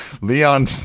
Leon